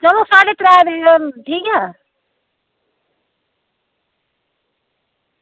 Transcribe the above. चलो साढ़े त्रै देई ओड़ेओ ठीक ऐ